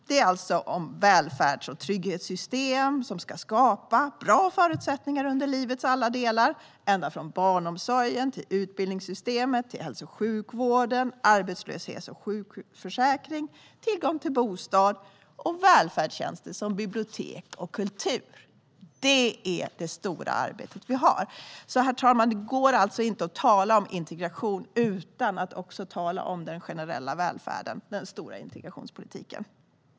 Det handlar alltså om det välfärds och trygghetssystem som ska skapa bra förutsättningar under livets alla delar - ända från barnomsorg och utbildningssystem till hälso och sjukvård, arbetslöshets och sjukförsäkring och tillgång till bostad och välfärdstjänster som bibliotek och kultur. Det är det stora arbetet vi har. Herr talman! Det går alltså inte att tala om integration utan att också tala om den generella välfärden - den stora integrationspolitiken.